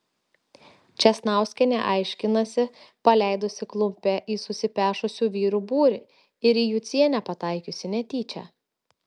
česnauskienė aiškinasi paleidusi klumpe į susipešusių vyrų būrį ir į jucienę pataikiusi netyčia